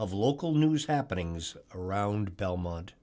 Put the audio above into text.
of local news happening was around belmont